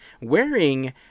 wearing